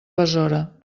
besora